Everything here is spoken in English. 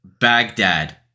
Baghdad